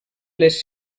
les